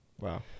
wow